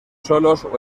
solos